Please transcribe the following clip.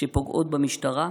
שפוגעות במשטרה,